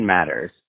Matters